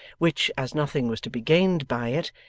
which, as nothing was to be gained by it,